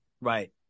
Right